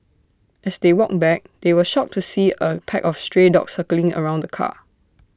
as they walked back they were shocked to see A pack of stray dogs circling around the car